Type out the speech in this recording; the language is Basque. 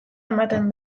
ematen